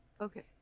okay